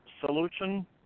solution